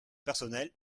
personnel